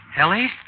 Ellie